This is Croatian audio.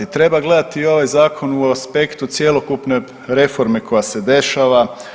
Treba gledati i ovaj Zakon u aspektu cjelokupne reforme koja se dešava.